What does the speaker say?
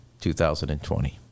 2020